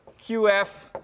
qf